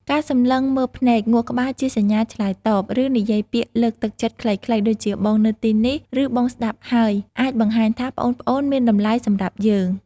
ការសម្លឹងមើលភ្នែក ងក់ក្បាលជាសញ្ញាឆ្លើយតប ឬនិយាយពាក្យលើកទឹកចិត្តខ្លីៗ ដូចជា បងនៅទីនេះ ឬ បងស្តាប់ហើយ អាចបង្ហាញថាប្អូនៗមានតម្លៃសម្រាប់យើង។